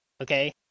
okay